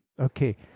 Okay